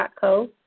.co